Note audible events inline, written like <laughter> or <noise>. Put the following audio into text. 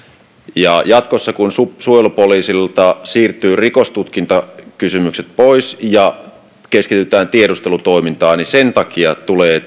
jatkossa kun suojelupoliisilta siirtyvät rikostutkintakysymykset pois ja keskitytään tiedustelutoimintaan niin sen takia tulee <unintelligible>